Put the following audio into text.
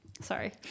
Sorry